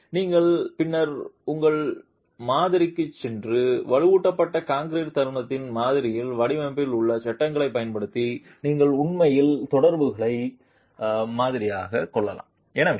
எனவே நீங்கள் பின்னர் உங்கள் மாதிரிக்குச் சென்று வலுவூட்டப்பட்ட கான்கிரீட் தருணத்தின் மாதிரியில் வடிவமைப்பில் உள்ள சட்டங்களைப் பயன்படுத்தி நீங்கள் உண்மையில் தொடர்புகளை மாதிரியாகக் கொள்ளலாம்